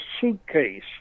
suitcase